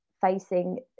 facing